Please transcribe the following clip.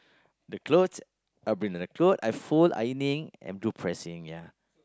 the clothes I will bring in the clothes I fold ironing and do pressing ya